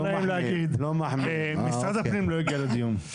לא נעים להגיד, משרד הפנים לא הגיע לדיון.